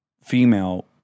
female